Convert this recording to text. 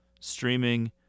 streaming